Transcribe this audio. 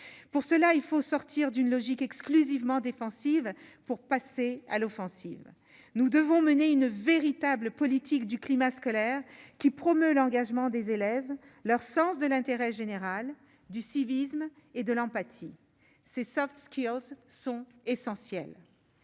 pour cela il faut sortir d'une logique exclusivement défensive pour passer à l'offensive, nous devons mener une véritable politique du climat scolaire qui promeut l'engagement des élèves, leur sens de l'intérêt général du civisme. Et de l'empathie ces soft, ceux qui sont essentiels